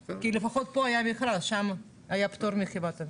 כי לפחות פה היה מכרז, שם היה פטור מחובת מכרזים.